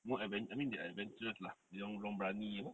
more advent~ I mean they are adventurous lah dia orang berani apa